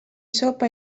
sopa